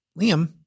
Liam